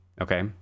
Okay